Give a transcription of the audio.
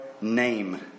name